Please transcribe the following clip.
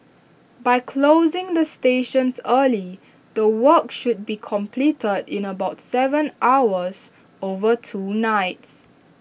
by closing the stations early the work should be completed in about Seven hours over two nights